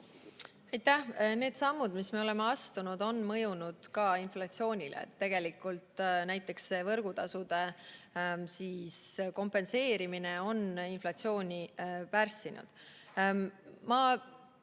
Aitäh! Need sammud, mis me oleme astunud, on mõjunud ka inflatsioonile. Näiteks võrgutasude kompenseerimine on inflatsiooni pärssinud.